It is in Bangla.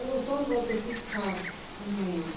কৌশলগত শিক্ষার উন্নয়ন